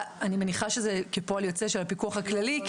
אני מניחה שזה פועל יוצא של הפיקוח הכללי.